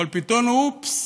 אבל פתאום, אופס,